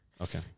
Okay